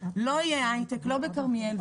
כי לא יהיה הייטק לא בכרמיאל,